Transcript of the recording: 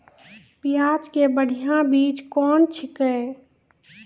प्याज के बढ़िया बीज कौन छिकै?